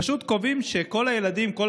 פשוט קובעים שכל הילדים ייפגעו,